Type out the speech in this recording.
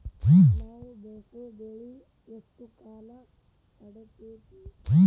ನಾವು ಬೆಳಸೋ ಬೆಳಿ ಎಷ್ಟು ಕಾಲ ತಡೇತೇತಿ?